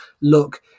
look